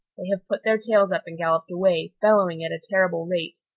they have put their tails up and galloped away, bellowing at a terrible rate.